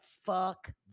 fuck